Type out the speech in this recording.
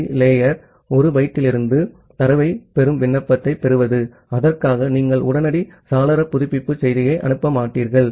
B layer 1 பைட்டிலிருந்து தரவைப் பெறும் விண்ணப்பத்தைப் பெறுவது அதற்காக நீங்கள் உடனடி சாளர புதுப்பிப்பு செய்தியை அனுப்ப மாட்டீர்கள்